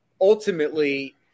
ultimately